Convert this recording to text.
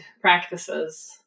practices